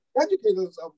educators